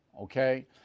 okay